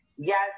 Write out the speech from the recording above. Yes